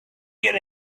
get